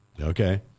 Okay